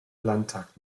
landtag